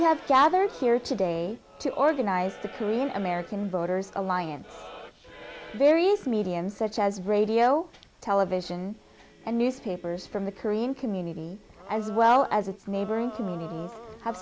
gathered here today to organize the korean american voters alliance with various mediums such as radio television and newspapers from the korean community as well as its neighboring communities have